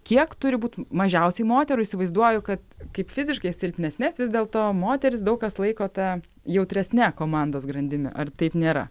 kiek turi būt mažiausiai moterų įsivaizduoju kad kaip fiziškai silpnesnes vis dėlto moteris daug kas laiko ta jautresne komandos grandimi ar taip nėra